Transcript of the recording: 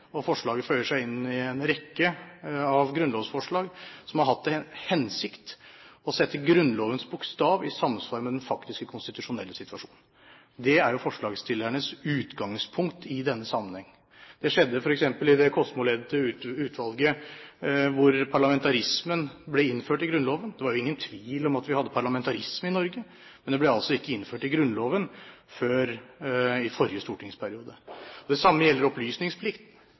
Forslaget føyer seg inn i en rekke av grunnlovsforslag som har hatt til hensikt å sette Grunnlovens bokstav i samsvar med den faktiske konstitusjonelle situasjon. Det er forslagsstillernes utgangspunkt i denne sammenheng. Det skjedde f.eks. i forbindelse med det Kosmo-ledede utvalget, hvor parlamentarismen ble innført i Grunnloven. Det var jo ingen tvil om at vi hadde parlamentarisme i Norge, men det ble altså ikke innført i Grunnloven før i forrige stortingsperiode. Det samme gjelder opplysningsplikt. Det var ingen tvil om at opplysningsplikten